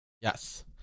Yes